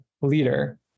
leader